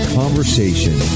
conversation